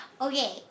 Okay